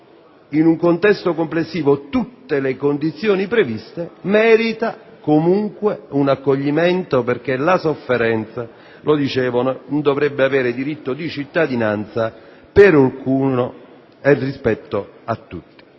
in un contesto complessivo tutte le condizioni previste, merita comunque un accoglimento perché la sofferenza - come è stato detto - non dovrebbe avere diritto di cittadinanza per alcuno e rispetto a tutti.